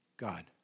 God